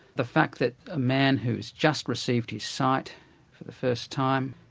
the fact that a man who's just received his sight for the first time,